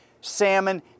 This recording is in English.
salmon